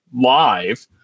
live